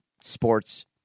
sports